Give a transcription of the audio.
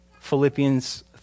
Philippians